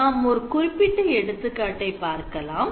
நாம் ஒரு குறிப்பிட்ட எடுத்துக்காட்டை பார்க்கலாம்